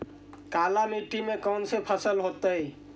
काला मिट्टी में कौन से फसल होतै?